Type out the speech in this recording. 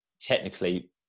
technically